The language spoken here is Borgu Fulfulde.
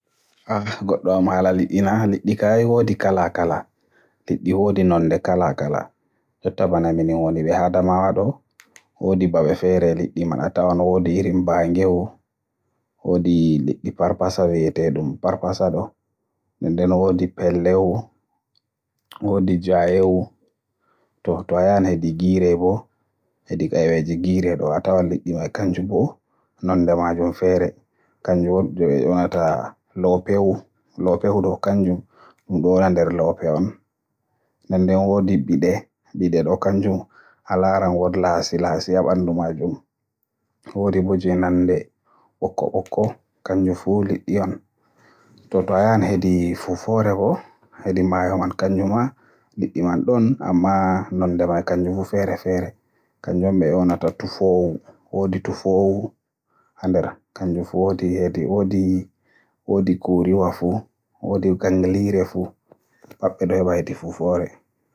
Liƴƴi kam woodi noone-noone maaji ɗuuɗɗi. Ɗi gaawooɓe inndirta-ɗi walla kamɓe maa nyaamooɓe. Nder ille ɗen poti mbi'en, kuurjiwu ɗuuɗal maaji e wi'ee kuurjiiji. Nden woodi jayewu, woodi ngu- mbi- bi'eteengu toolawu walla bulannge ɗuuɗɗi maaji e wi'ee toolaaji. Woodi maayoowu ɗuuɗɗi maaji e wi'ee maayooji. Woodi soolewu ɗuuɗɗi ɗin kadi e wi'ee sooleeji, nden woodi ko ɓe mbi'ata laalawu walla mbi'aa laalaaji. Ɗo'o fuu ko inɗe liɗɗi feere-feere maaji no ɗi ngontiri e kadi no ƴiƴe maaji ngontiri e ko nanndi e non.